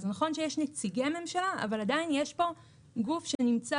זה נכון שיש נציגי ממשלה אבל עדיין יש פה גוף שנמצא